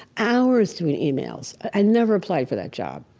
hours doing emails. i never applied for that job.